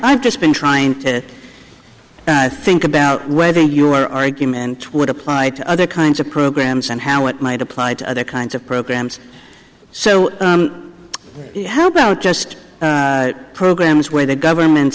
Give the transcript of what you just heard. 've just been trying to i think about whether your argument would apply to other kinds of programs and how it might apply to other kinds of programs so how about just programs where the government